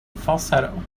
falsetto